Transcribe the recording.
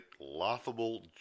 laughable